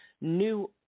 new